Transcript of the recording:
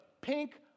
pink